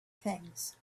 things